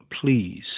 please